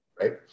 Right